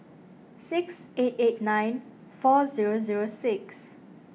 six eight eight nine four zero zero six